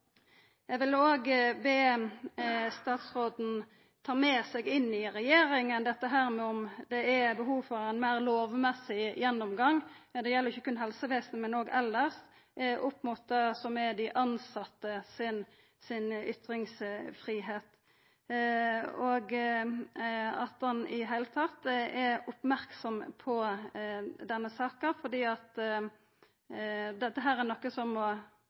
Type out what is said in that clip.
Eg vil òg be statsråden ta med seg inn i regjeringa dette med om det er behov for ein meir lovmessig gjennomgang – det gjeld ikkje berre helsevesenet, men òg elles – opp mot ytringsfridomen til dei tilsette, og at han i det heile er oppmerksam på denne saka, for dette er noko som må